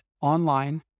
online